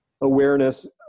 awareness